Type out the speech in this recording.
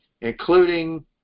including